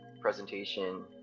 presentation